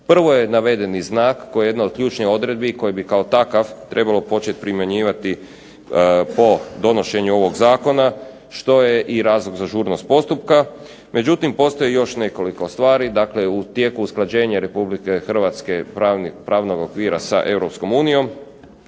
Prvo je navedeni znak koji je jedna od ključnih odredbi i koji bi kao takav trebalo počet primjenjivati po donošenju ovog zakona što je i razlog za ažurnost postupka. Međutim postoji još nekoliko stvari, dakle u tijeku usklađenja Republike Hrvatske, pravnog okvira sa Europskom unijom